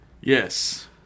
Yes